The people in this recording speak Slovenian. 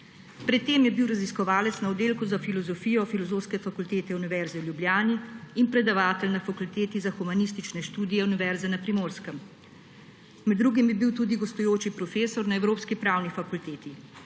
Pred tem je bil raziskovalec na Oddelku za filozofijo Filozofske fakultete Univerze v Ljubljani in predavatelj na Fakulteti za humanistične študije Univerze na Primorskem. Med drugim je bil tudi gostujoči profesor na Evropski pravni fakulteti.